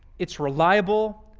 it's reliable,